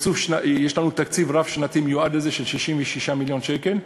יש לנו תקציב רב-שנתי מיועד לזה של 66 מיליון שקל.